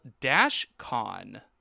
DashCon